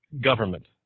government